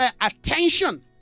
attention